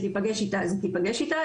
להיפגש איתה אז היא תיפגש איתה,